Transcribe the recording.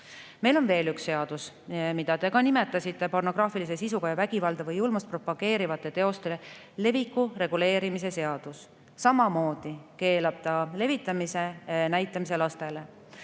Meil on veel üks seadus, mida te ka nimetasite – pornograafilise sisuga ja vägivalda või julmust propageerivate teoste leviku reguleerimise seadus –, mis samamoodi keelab selle levitamise ja näitamise lastele.